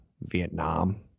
Vietnam